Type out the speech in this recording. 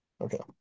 Okay